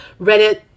Reddit